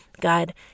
God